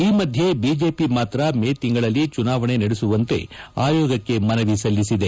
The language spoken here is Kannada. ಈ ಮಧ್ಯೆ ಬಿಜೆಪಿ ಮಾತ್ರ ಮೇ ತಿಂಗಳಲ್ಲಿ ಚುನಾವಣೆ ನಡೆಸುವಂತೆ ಆಯೋಗಕ್ಷೆ ಮನವಿ ಸಲ್ಲಿಸಿದೆ